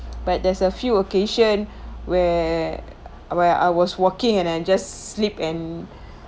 but there's a few occasion where where I was walking and I just slip and